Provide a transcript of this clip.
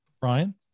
Brian